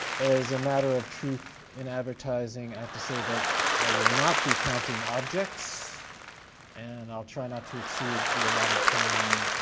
as a matter of truth in advertising, i have to say that i will not be counting objects and i'll try not to exceed the allotted time.